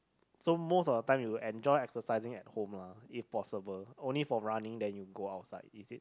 so most of the time you enjoy exercising at home lah if possible only for running then you go outside is it